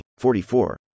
44